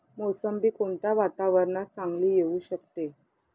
मोसंबी कोणत्या वातावरणात चांगली येऊ शकते?